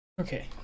Okay